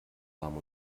warm